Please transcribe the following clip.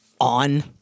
on